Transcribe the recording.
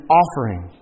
offering